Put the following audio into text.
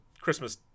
Christmas